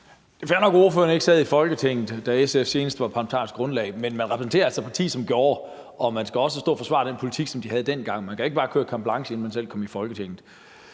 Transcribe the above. Det er fair nok, at ordføreren ikke sad i Folketinget, da SF senest var parlamentarisk grundlag for en regering. Men man repræsenterer altså et parti, som var det, og man skal også stå og forsvare den politik, som de havde dengang. Man kan ikke bare få carte blanche for tiden, inden man selv kom i Folketinget.